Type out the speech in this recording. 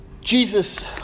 Jesus